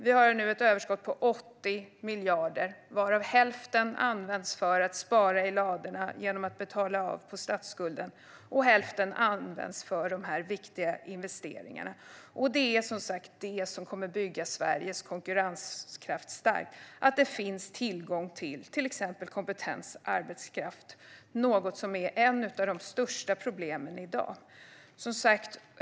Vi har nu ett överskott på 80 miljarder, varav hälften används för att spara i ladorna genom att betala av på statsskulden och hälften används för viktiga investeringar. Det är detta som kommer att bygga Sveriges konkurrenskraft stark - att det finns tillgång till exempelvis kompetent arbetskraft, vilket är ett av de största problemen i dag.